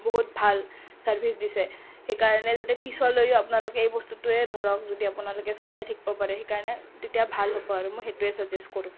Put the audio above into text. বহুত ভাল চাৰ্ভিছ দিছে সেইকাৰণে যাতে পিছলৈও আপোনালোকে এই বস্তুটোৱে ধৰক যদি আপোনালোকে চলাই থাকিব পাৰে সেইকাৰণে তেতিয়া ভাল হ'ব আৰু মই সেইটোৱেই চাজেছ কৰোঁ